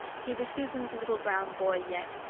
he was susan's little brown boy yet,